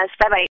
Bye-bye